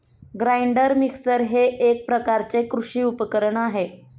grinder mixer हे एक प्रकारचे कृषी उपकरण आहे